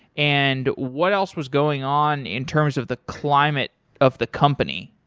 and what else was going on in terms of the climate of the company?